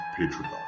Patreon